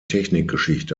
technikgeschichte